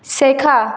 শেখা